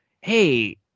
Hey